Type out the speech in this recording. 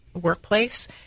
workplace